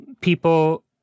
people